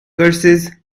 curses